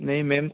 नहीं मेम